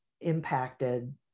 impacted